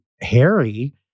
Harry